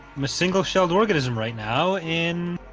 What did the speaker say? i'm a single-celled organism right now in